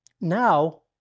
now